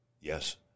yes